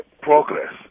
progress